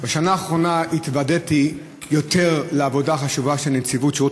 בשנה האחרונה התוודעתי יותר לעבודה החשובה של נציבות שירות